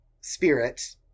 spirit